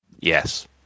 Yes